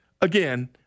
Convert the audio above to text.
again